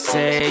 Say